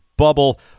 Bubble